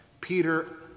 Peter